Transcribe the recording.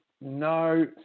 no